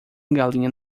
galinha